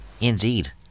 indeed